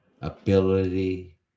ability